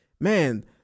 man